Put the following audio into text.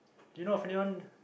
you know of anyone